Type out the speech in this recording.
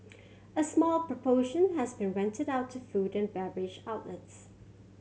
a small proportion has been rented out to food and beverage outlets